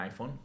iPhone